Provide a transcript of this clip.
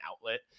outlet